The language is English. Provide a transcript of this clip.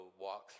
walk